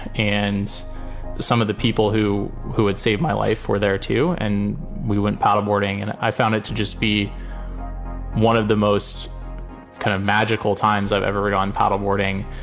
and some of the people who who had saved my life were there, too. and we went paddleboarding and i found it to just be one of the most kind of magical times i've ever read on paddleboarding.